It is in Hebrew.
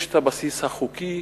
יש הבסיס החוקי,